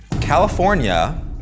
California